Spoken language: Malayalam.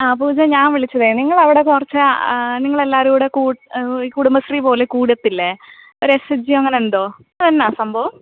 ആ പൂജാ ഞാൻ വിളിച്ചത് നിങ്ങളവിടെ കുറച്ച് നിങ്ങളെല്ലാരൂടെ കൂട്ട് കുടുംബശ്രീ പോലെ കൂടത്തില്ലേ ഒരു എസ് ജി എം ലെന്തോ അതെന്നാണ് സംഭവം